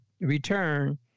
return